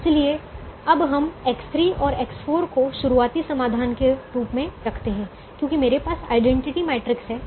इसलिए अब हम X3 और X4 को शुरुआती समाधान के रूप में रखते हैं क्योंकि मेरे पास आइडेंटिटी मैट्रिक्स है